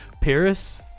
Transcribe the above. Paris